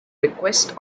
request